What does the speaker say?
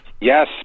Yes